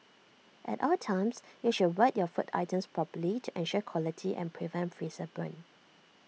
at all times you should wrap your food items properly to ensure quality and prevent freezer burn